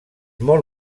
molt